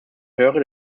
höre